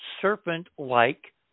serpent-like